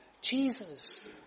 Jesus